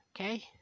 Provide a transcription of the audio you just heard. Okay